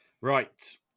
Right